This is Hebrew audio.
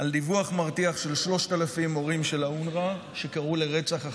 דיווח מרתיח על 3,000 מורים של אונר"א שקראו לרצח החטופים.